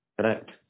Correct